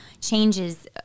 changes